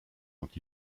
dont